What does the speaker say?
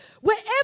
Wherever